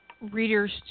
readers